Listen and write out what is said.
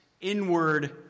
inward